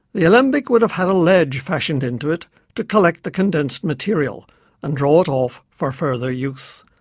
the alembic would have had a ledge fashioned into it to collect the condensed material and draw it off for further use.